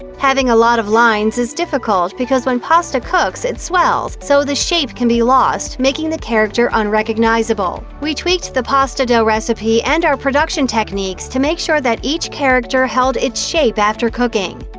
having a lot of lines is difficult because when pasta cooks, it swells, so the shape can be lost, making the character unrecognizable. we tweaked the pasta dough recipe and our production production techniques to make sure that each character held its shape after cooking.